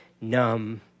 numb